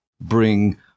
bring